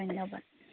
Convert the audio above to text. ধন্যবাদ